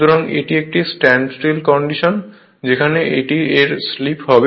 সুতরাং এটি একটি স্ট্যান্ড স্টিল কন্ডিশন যেখানে এটি এর স্লিপ হবে